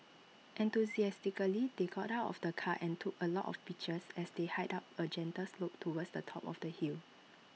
enthusiastically they got out of the car and took A lot of pictures as they hiked up A gentle slope towards the top of the hill